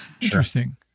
Interesting